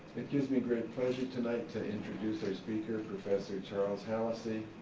it gives me great pleasure, tonight, to introduce our speaker, professor charles hallisey.